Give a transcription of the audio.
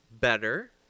better